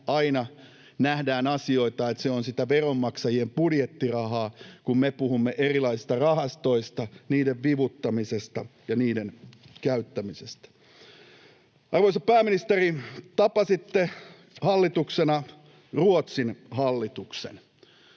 aina nähdään, että se on sitä veronmaksajien budjettirahaa, kun me taas puhumme erilaisista rahastoista ja niiden vivuttamisesta ja niiden käyttämisestä. Arvoisa pääministeri, tapasitte hallituksena Ruotsin hallituksen.